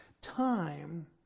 Time